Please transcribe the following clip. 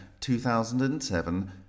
2007